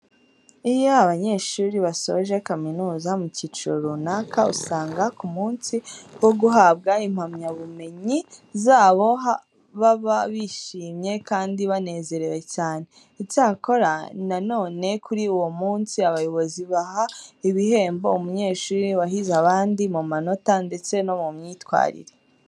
Iyo abanyeshuri basoje kaminuza mu cyiciro runaka usanga ku munsi wo guhabwa impamyabumenyi zabo baba bishimye kandi banezerewe cyane. Icyakora na none kuri uwo munsi abayobozi baha igihembo umunyeshuri wahize abandi mu manota ndetse no mu myitwarire.